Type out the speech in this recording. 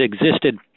existed